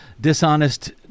Dishonest